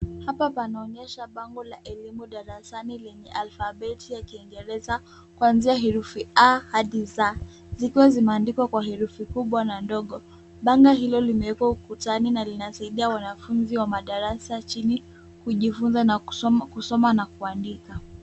Hapa panaonyesha bango la elimu darasani lenye alfabeti ya Kingereza kuanzia herufi A hadi Z. Zikiwa zimeandikwa kwa herufi kubwa na ndogo. Bango hilo limewekwa ukutani na linasaidia wanafunzi wa madarasa ya chini kujifunza na kusoma na kuandika.